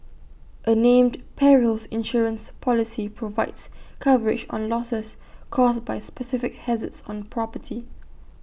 A named Perils Insurance Policy provides coverage on losses caused by specific hazards on property